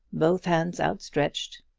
both hands outstretched.